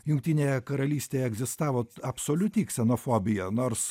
jungtinėje karalystėje egzistavote absoliuti ksenofobija nors